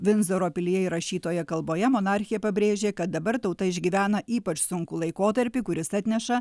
vindzoro pilyje įrašytoje kalboje monarchė pabrėžė kad dabar tauta išgyvena ypač sunkų laikotarpį kuris atneša